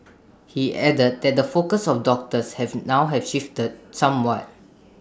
he added that the focus of doctors have now have shifted somewhat